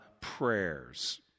prayers